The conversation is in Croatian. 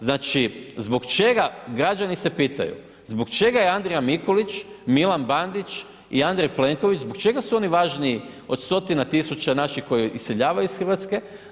Znači zbog čega, građani se pitaju, zbog čega je Andrija Mikulić, Milan Bandić i Andrej Plenković zbog čega su oni važniji od stotina tisuća naših koji iseljavaju iz Hrvatske?